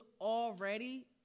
already